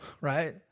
right